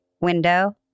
window